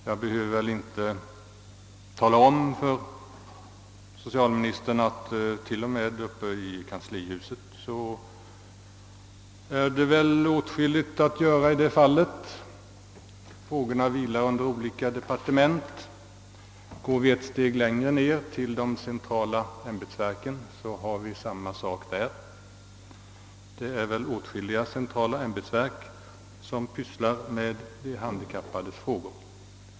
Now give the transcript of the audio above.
Jag behöver väl inte tala om för socialministern att t.o.m. uppe i kanslihuset är det åtskilligt att göra i detta avseende. Frågorna vilar under olika departement. Går vi ett steg längre ned — till de centrala ämbetsverken — finner vi att det råder samma förhållande där: det är åtskilliga centrala ämbetsverk som sysslar med de handikappades frågor.